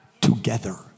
together